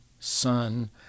son